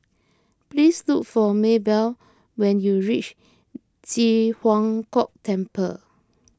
please look for Maybell when you reach Ji Huang Kok Temple